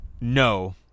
No